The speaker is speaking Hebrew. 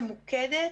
ממוקדת,